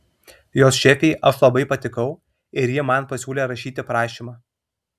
jos šefei aš labai patikau ir ji man pasiūlė rašyti prašymą